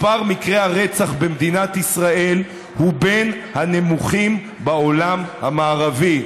מספר מקרי הרצח במדינת ישראל הוא בין הנמוכים בעולם המערבי.